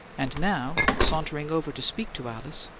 and now sauntering over to speak to alice,